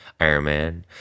Ironman